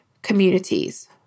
Communities